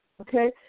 Okay